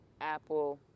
apple